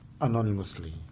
anonymously